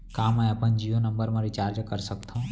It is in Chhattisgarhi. का मैं अपन जीयो नंबर म रिचार्ज कर सकथव?